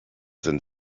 sind